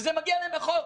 וזה מגיע להם בחוק.